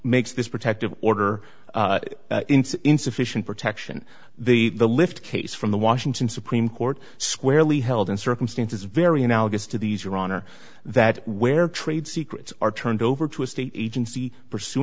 makes this protective order insufficient protection the the lift case from the washington supreme court squarely held in circumstances very analogous to these your honor that where trade secrets are turned over to a state agency pursu